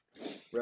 Right